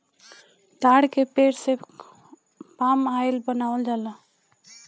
ताड़ के पेड़ से पाम आयल बनावल जाला